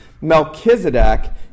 Melchizedek